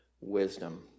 wisdom